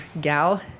gal